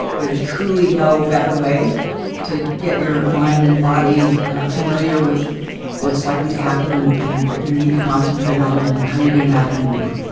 there is truly no better way to get your mind and body familiar with what's likely to happen and and we're going to need to concentrate on and how you're going to have to move.